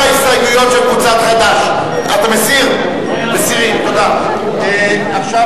ההסתייגות של חברת הכנסת אורית זוארץ לסעיף 18,